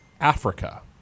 Africa